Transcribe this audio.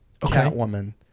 Catwoman